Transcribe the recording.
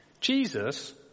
Jesus